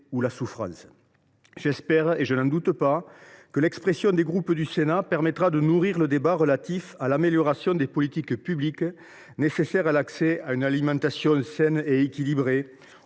la souffrance. J’espère et je n’en doute pas que l’expression des groupes du Sénat permettra de nourrir le débat relatif à l’amélioration des politiques publiques nécessaires pour accéder à une alimentation saine et équilibrée,